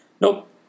Nope